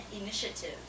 initiative